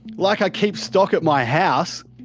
like i keep stock at my house.